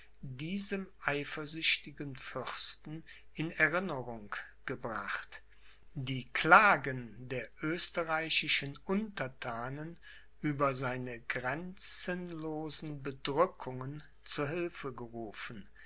diesem eifersüchtigen fürsten in erinnerung gebracht die klagen der österreichischen unterthanen über seine grenzenlosen bedrückungen zu hilfe gerufen